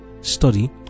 study